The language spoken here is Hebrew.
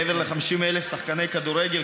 מעבר ל-50,000 שחקני כדורגל,